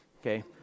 Okay